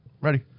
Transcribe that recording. Ready